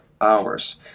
hours